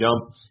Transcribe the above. jump